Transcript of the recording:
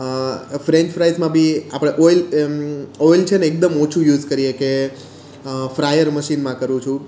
French ફ્રાઈઝમાં બી આપણે ઓઇલ ઓઇલ છે ને એકદમ ઓછું યુઝ કરીએ કે ફ્રાયર મશીનમાં કરું છું